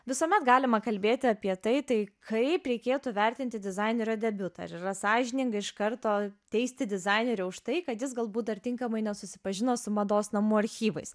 visuomet galima kalbėti apie tai tai kaip reikėtų vertinti dizainerio debiutą ar ir yra sąžininga iš karto teisti dizainerį už tai kad jis galbūt dar tinkamai nesusipažino su mados namų archyvais